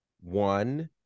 One